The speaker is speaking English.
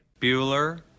Bueller